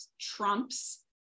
trumps